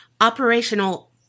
operational